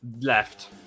Left